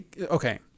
Okay